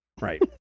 Right